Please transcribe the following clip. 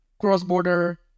cross-border